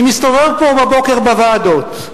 אני מסתובב פה בבוקר בוועדות.